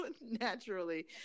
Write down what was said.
naturally